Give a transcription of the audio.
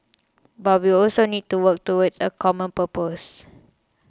but we also need to work towards a common purpose